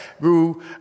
grew